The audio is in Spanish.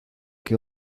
que